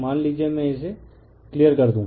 मान लीजिए मैं इसे क्लियर कर दूं